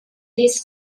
this